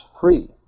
free